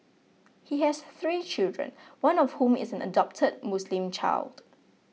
he has three children one of whom is an adopted Muslim child